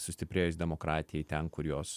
sustiprėjus demokratijai ten kur jos